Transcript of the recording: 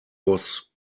was